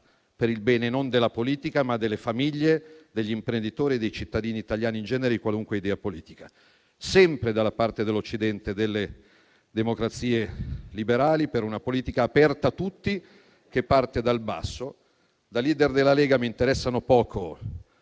per il bene non della politica, ma delle famiglie, degli imprenditori e dei cittadini italiani in genere, di qualunque idea politica. Sempre dalla parte dell'Occidente e delle democrazie liberali, per una politica aperta a tutti che parte dal basso. Da *leader* della Lega mi interessano poco